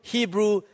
Hebrew